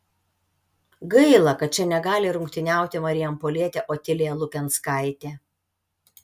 gaila kad čia negali rungtyniauti marijampolietė otilija lukenskaitė